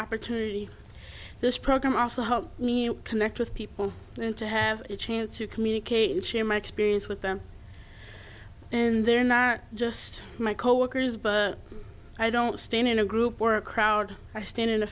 opportunity this program also helped me connect with people and to have a chance to communicate and share my experience with them and they're not just my coworkers but i don't stand in a group or a crowd i stand in